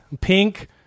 pink